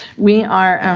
we are